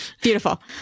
beautiful